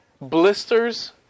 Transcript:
blisters